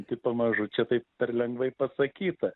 tai pamažu čia taip per lengvai pasakyta